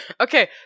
Okay